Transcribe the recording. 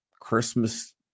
Christmas